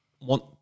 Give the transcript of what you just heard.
want –